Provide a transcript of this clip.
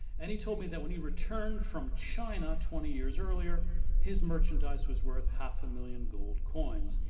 and he told me that when he returned from china twenty years earlier his merchandise was worth half a million gold coins.